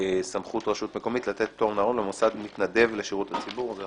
(סמכות רשות מקומית לתת פטור מארנונה למוסד מתנדב לשירות הציבור).